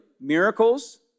Miracles